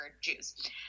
Jews